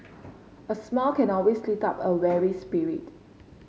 a smile can always lift up a weary spirit